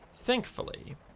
Thankfully